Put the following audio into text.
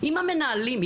אם המנהלים,